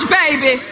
baby